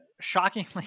shockingly